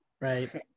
Right